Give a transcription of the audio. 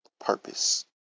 purpose